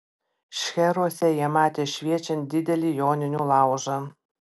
šcheruose jie matė šviečiant didelį joninių laužą